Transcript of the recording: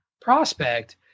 prospect